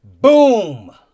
Boom